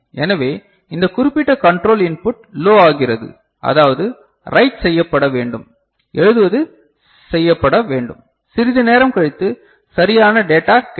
எனவே இந்த குறிப்பிட்ட கண்ட்ரோல் இன்புட் லோ ஆகிறது அதாவது ரைட் செய்யப்பட வேண்டும் எழுதுவது செய்யப்பட வேண்டும் சிறிது நேரம் கழித்து சரியான டேட்டா கிடைக்கும்